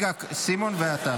סימון, ואז אתה,